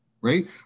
Right